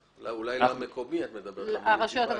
אולי את מדברת על הבחירות לרשויות המקומיות.